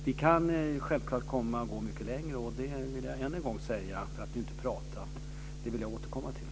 Vi kan självklart komma att gå mycket längre, och det vill jag återkomma till.